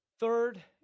Third